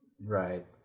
Right